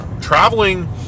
Traveling